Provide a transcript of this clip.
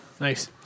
Nice